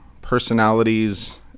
personalities